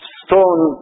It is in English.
stone